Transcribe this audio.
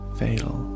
fatal